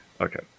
Okay